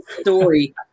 story